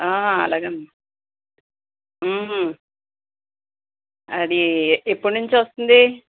ఆ అలాగే మ అది ఎప్పటి నుంచి వస్తుంది